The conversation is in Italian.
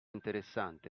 interessante